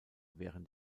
während